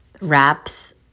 wraps